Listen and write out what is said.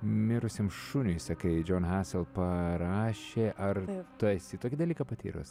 mirusiam šuniui sakai jon hassell parašė ar tu esi tokį dalyką patyrus